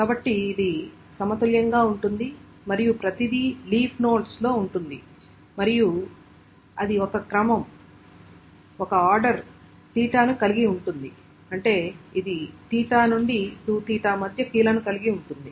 కాబట్టి ఇది సమతుల్యంగా ఉంటుంది మరియు ప్రతిదీ లీఫ్ నోడ్స్ లో ఉంటుంది మరియు అది ఒక క్రమం అది ఒక ఆర్డర్ 𝚹 ను కలిగి ఉంటుంది అంటే ఇది 𝚹 నుండి 2𝚹 మధ్య కీలను కలిగి ఉంటుంది